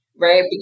right